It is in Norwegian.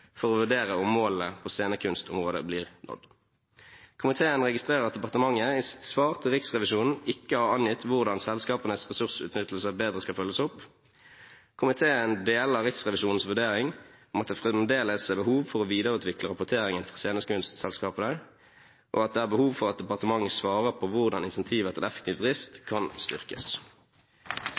for å vurdere om målene på scenekunstområdet blir nådd. Komiteen registrerer at departementet i sitt svar til Riksrevisjonen ikke har angitt hvordan selskapenes ressursutnyttelse bedre skal følges opp. Komiteen deler Riksrevisjonens vurdering om at det fremdeles er behov for å videreutvikle rapporteringen fra scenekunstselskapene, og at det er behov for at departementet svarer på hvordan insentiver til effektiv drift kan styrkes.